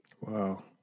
Wow